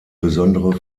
besondere